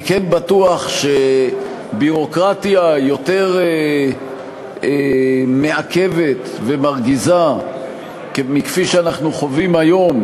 אני כן בטוח שביורוקרטיה יותר מעכבת ומרגיזה מכפי שאנחנו חווים היום,